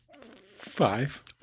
Five